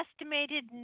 estimated